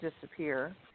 disappear